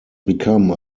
become